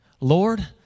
Lord